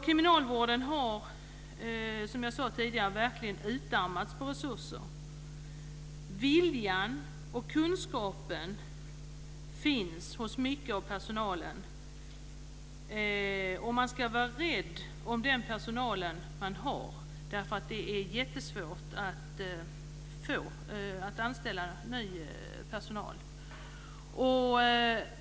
Kriminalvården har, som jag sade tidigare, verkligen utarmats på resurser. Viljan och kunskapen finns hos en stor del av personalen. Man ska vara rädd om den personal man har, eftersom det är mycket svårt att anställa ny personal.